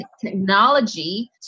technology